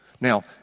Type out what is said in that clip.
Now